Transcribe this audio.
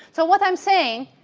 so, what i'm saying,